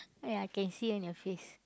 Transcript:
ah ya I can see on your face